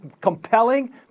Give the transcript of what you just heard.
compelling